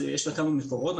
אז יש לה כמה מקורות.